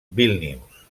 vílnius